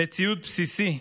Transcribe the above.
לציוד בסיסי.